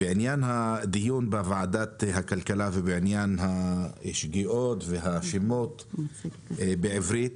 בעניין הדיון בוועדת הכלכלה ובעניין השגיאות והשמות בעברית,